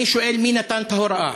אני שואל: מי נתן את ההוראה?